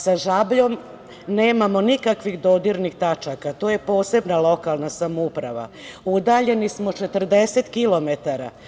Sa Žabljom nemamo nikakvih dodirnih tačaka, to je posebna lokalna samouprava, udaljeni smo 40 kilometara.